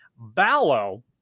Ballo